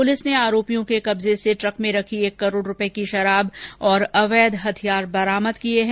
police ने आरोपियों के कब्जे से ट्रक में रखी एक करोड़ रुपये की शराब और अवैध हथियार बरामद किये हैं